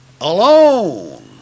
alone